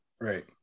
Right